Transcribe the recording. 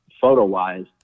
photo-wise